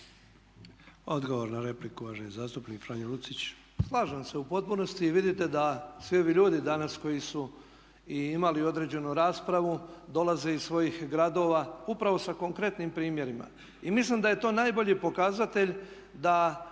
Odgovor na repliku, uvaženi zastupnik Franjo Lucić. **Lucić, Franjo (HDZ)** Slažem se u potpunosti. Vidite da svi ovi ljudi danas koji su imali određenu raspravu dolaze iz svojih gradova upravo sa konkretnim primjerima. Mislim da je to najbolji pokazatelj da